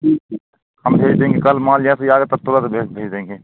ठीक ठीक हम भेज देंगे कल माल या फ़िर आएगा तब तुरंत भेज भी देंगे